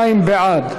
52 בעד,